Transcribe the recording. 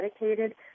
dedicated